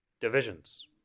divisions